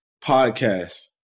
podcast